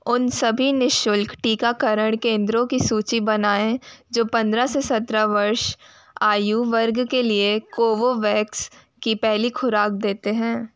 उन सभी निःशुल्क टीकाकरण केंद्रों की सूची बनाएँ जो पंद्रह से सत्रह वर्ष आयु वर्ग के लिए कोवोवैक्स की पहली खुराक देते हैं